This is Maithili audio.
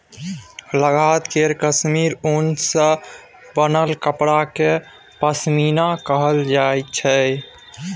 लद्दाख केर काश्मीर उन सँ बनाएल कपड़ा केँ पश्मीना कहल जाइ छै